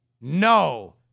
no